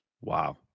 Wow